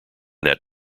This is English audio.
that